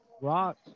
Rock